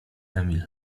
emil